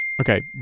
Okay